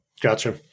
Gotcha